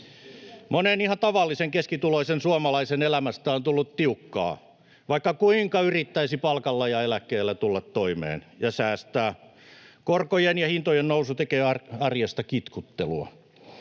Monen ihan tavallisen keskituloisen suomalaisen elämästä on tullut tiukkaa, vaikka kuinka yrittäisi palkalla tai eläkkeellä tulla toimeen ja säästää. Korkojen ja hintojen nousu tekee arjesta kitkuttelua.